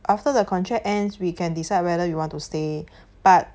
after the contract ends we can decide whether you want to stay but